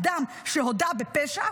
אדם שהודה בפשע,